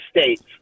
states